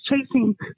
chasing